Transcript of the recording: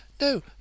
No